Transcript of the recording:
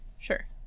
sure